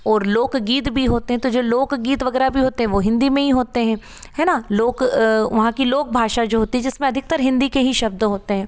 और लोक गीत भी होते हैं तो जो लोक गीत वगैरह भी होते हैं वो हिन्दी में ही होते हैं है ना लोक वहाँ की लोक भाषा जो होती है जिसमें अधिकतर हिन्दी के ही शब्द होते हैं